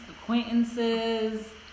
acquaintances